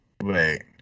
wait